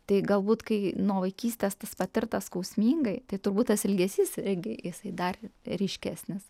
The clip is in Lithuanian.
tai galbūt kai nuo vaikystės tas patirta skausmingai tai turbūt tas ilgesys irgi jisai dar ryškesnis